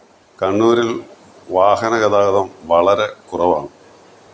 കണ്ണൂരിൽ വാഹന ഗതാഗതം വളരെ കുറവാണ്